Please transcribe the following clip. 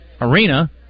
arena